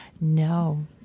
No